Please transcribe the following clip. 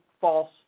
false